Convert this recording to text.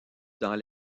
dans